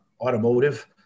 automotive